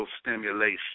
stimulation